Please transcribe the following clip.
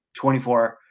24